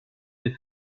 des